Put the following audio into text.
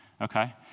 Okay